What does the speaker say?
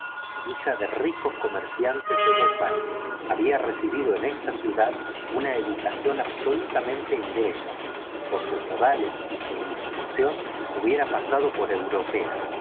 hija de ricos comercianes de bombay había recibido en esta ciudad una educación absolutamente inglesa y por sus modales y su instrucción hubiera pasado por europea